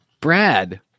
Brad